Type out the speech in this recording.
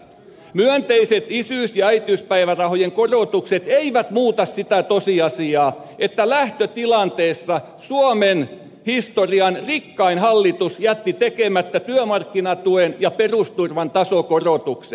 myönteiset isyys ja äitiyspäivärahojen korotukset eivät muuta sitä tosiasiaa että lähtötilanteessa suomen historian rikkain hallitus jätti tekemättä työmarkkinatuen ja perusturvan tasokorotukset